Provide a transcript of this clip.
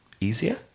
easier